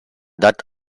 dat